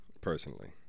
Personally